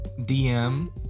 DM